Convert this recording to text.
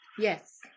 Yes